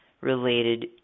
related